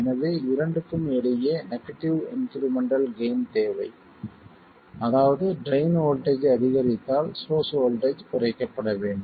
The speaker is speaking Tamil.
எனவே இரண்டுக்கும் இடையே நெகடிவ் இன்க்ரிமெண்டல் கெய்ன் தேவை அதாவது ட்ரைன் வோல்ட்டேஜ் அதிகரித்தால் சோர்ஸ் வோல்ட்டேஜ் குறைக்கப்பட வேண்டும்